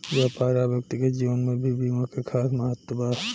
व्यापार आ व्यक्तिगत जीवन में भी बीमा के खास महत्व बा